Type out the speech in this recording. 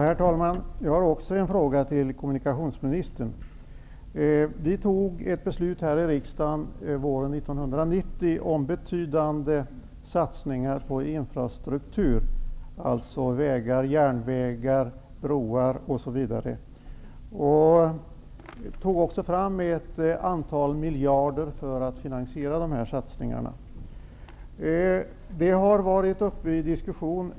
Herr talman! Också jag har en fråga till kommunikationsministern. Våren 1990 fattade vi ett beslut här i riksdagen om betydande satsningar på infrastruktur, dvs. vägar, järnvägar, broar osv. Då anslogs också ett antal miljarder för att finansiera dessa satsningar. Dessa satsningar på infrastruktur har varit uppe till diskussion